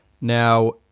Now